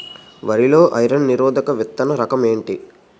వరి లో ఐరన్ నిరోధక విత్తన రకం ఏంటి?